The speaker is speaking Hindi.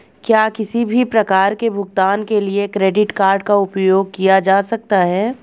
क्या किसी भी प्रकार के भुगतान के लिए क्रेडिट कार्ड का उपयोग किया जा सकता है?